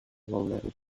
little